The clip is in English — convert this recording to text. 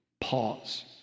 Pause